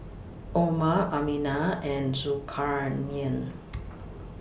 Omar Aminah and Zulkarnain